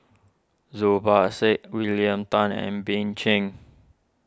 Zubir Said William Tan and Bill Chen